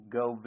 go